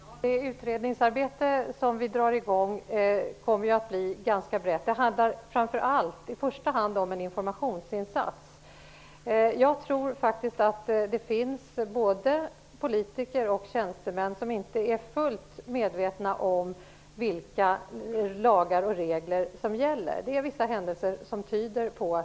Herr talman! Det utredningsarbete som vi drar i gång kommer att bli ganska brett. Det handlar i första hand om en informationsinsats. Jag tror att det finns både politiker och tjänstemän som inte är fullt medvetna om vilka lagar och regler som gäller, vilket det finns vissa händelser som tyder på.